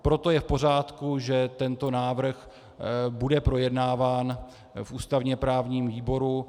Proto je v pořádku, že tento návrh bude projednáván v ústavněprávním výboru.